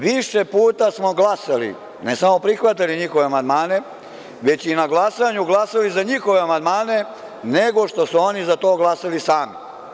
Više puta smo glasali, ne samo prihvatali njihove amandmane, već i na glasanju glasali za njihove amandmane nego što su oni za to glasali sami.